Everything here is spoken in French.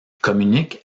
communiquent